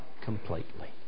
completely